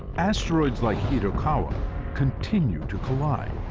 asteroids like itokawa continue to collide,